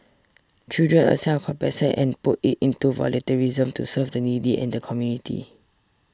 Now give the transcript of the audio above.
children a sense of compassion and put it into volunteerism to serve the needy and the community